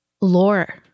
Lore